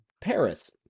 Paris